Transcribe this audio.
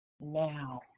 now